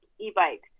e-bikes